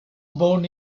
born